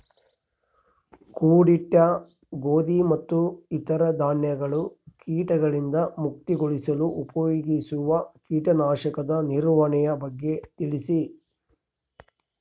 ಕೂಡಿಟ್ಟ ಗೋಧಿ ಮತ್ತು ಇತರ ಧಾನ್ಯಗಳ ಕೇಟಗಳಿಂದ ಮುಕ್ತಿಗೊಳಿಸಲು ಉಪಯೋಗಿಸುವ ಕೇಟನಾಶಕದ ನಿರ್ವಹಣೆಯ ಬಗ್ಗೆ ತಿಳಿಸಿ?